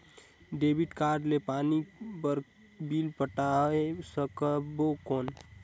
Debit card ले पानी कर बिल पटाय सकबो कौन?